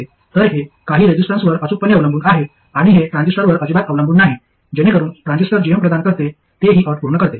तर हे काही रेसिस्टन्सवर अचूकपणे अवलंबून आहे आणि हे ट्रान्झिस्टरवर अजिबात अवलंबून नाही जेणेकरून ट्रान्झिस्टर gm प्रदान करते ते हि अट पूर्ण करते